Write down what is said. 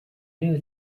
new